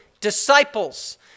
disciples